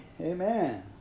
amen